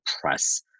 press